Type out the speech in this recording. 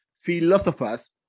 philosophers